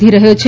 વધી રહ્યો છે